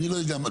אני לא יודע מה.